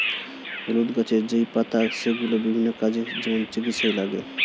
হলুদ গাছের যেই পাতা সেগুলো বিভিন্ন কাজে, যেমন চিকিৎসায় লাগে